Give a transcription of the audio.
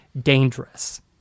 dangerous